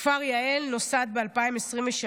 כפר יעל, נוסד ב-2023?